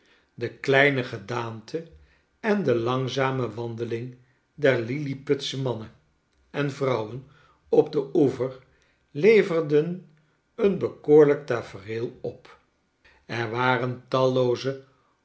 de kleine gedaante en de langzame wandeling der lilliputsche mannen en vrouwen op den oever leverden een bekoorlijk tafereel op er waren tallooze